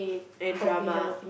and drama